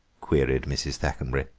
queried mrs. thackenbury.